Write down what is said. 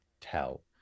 tell